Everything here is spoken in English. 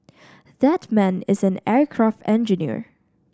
that man is an aircraft engineer